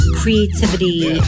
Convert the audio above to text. creativity